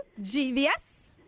GVS